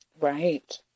Right